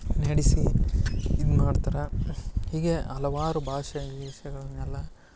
ನಡೆಸಿ ಇದು ಮಾಡ್ತಾರ ಹೀಗೆ ಹಲವಾರು ಭಾಷೆ ಗೀಷೆಗಳನ್ನೆಲ್ಲ